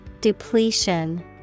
Depletion